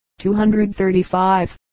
235